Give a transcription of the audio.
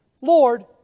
Lord